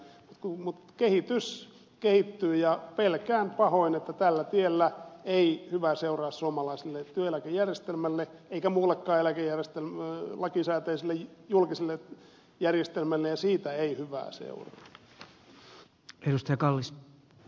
mutta kehitys kehittyy ja pelkään pahoin että tällä tiellä ei hyvää seuraa suomalaiselle työeläkejärjestelmälle eikä muullekaan lakisääteiselle julkiselle järjestelmälle siitä ei hyvää seuraa